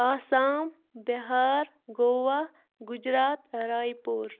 آسام بہار گوا گُجرات راے پوٗر